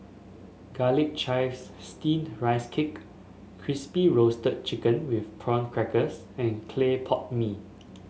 Garlic Chives Steamed Rice Cake Crispy Roasted Chicken with Prawn Crackers and Clay Pot Mee